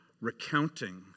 recounting